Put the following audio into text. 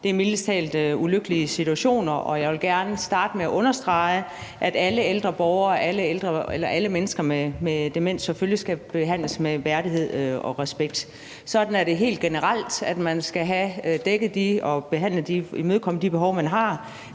Det er mildest talt ulykkelige situationer, og jeg vil gerne starte med at understrege, at alle ældre borgere og alle mennesker med demens selvfølgelig skal behandles med værdighed og respekt. Sådan er det helt generelt: Man skal have dækket og imødekommet de behov, man har.